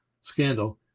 Scandal